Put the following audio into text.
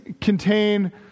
contain